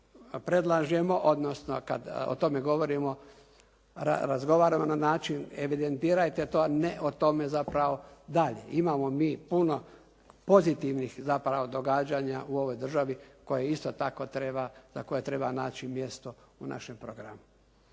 mi predlažemo, odnosno kada o tome govorimo razgovaramo na način, evidentirajte ne o tome zapravo dalje. Imamo mi puno pozitivnih zapravo događanja u ovoj državi koja isto tako treba za koje treba naći mjesto u našem programu.